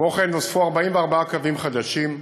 כמו כן נוספו 44 קווים חדשים,